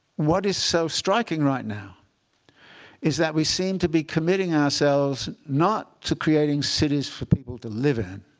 what is so striking right now is that we seem to be committing ourselves not to creating cities for people to live in.